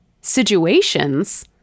situations